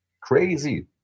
crazy